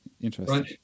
Interesting